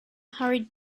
hurried